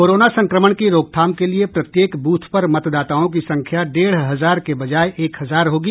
corona संक्रमण की रोकथाम के लिए प्रत्येक बूथ पर मतदाताओं की संख्या डेढ़ हजार की बजाय एक हजार होगी